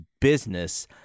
business